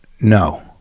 No